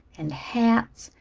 and hats,